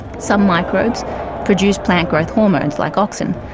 some microbes produce plant growth hormones like auxin,